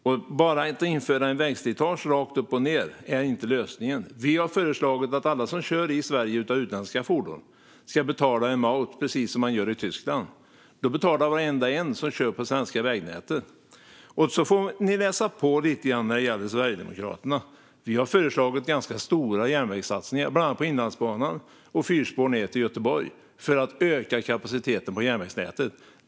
Att bara införa en vägslitageavgift rakt upp och ned är inte lösningen. Vi har föreslagit att alla som kör i Sverige med utländska fordon ska betala en vägavgift motsvarande den som man har i Tyskland och som kallas Maut. Då betalar varenda en som kör på det svenska vägnätet. Ni får läsa på lite grann när det gäller Sverigedemokraterna. Vi har föreslagit ganska stora järnvägssatsningar, bland annat på Inlandsbanan och fyrspår ned till Göteborg för att öka kapaciteten på järnvägsnätet.